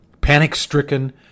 Panic-stricken